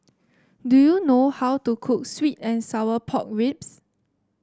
do you know how to cook sweet and Sour Pork Ribs